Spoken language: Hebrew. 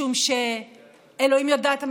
משום שאלוהים יודעת,